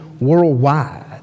worldwide